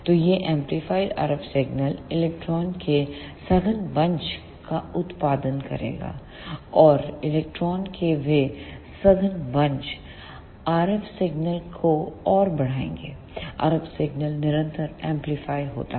तो यह amplified RF signal electron के सघन बंच का उत्पादन करेगा और इलेक्ट्रॉन के वे सघन बंच RFसिग्नल को और बढ़ाएंगे RF सिग्नल निरंतर एंपलीफाय होता है